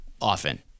often